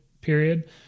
period